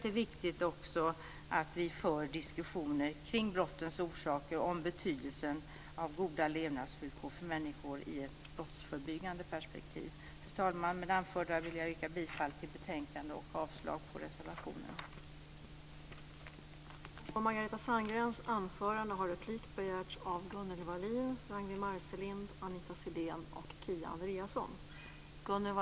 Det är viktigt att vi för diskussioner kring brottens orsaker och betydelsen av goda levnadsvillkor för människor i ett brottsförebyggande perspektiv. Fru talman! Med det anförda yrkar jag bifall till hemställan i betänkandet och avslag på reservationerna.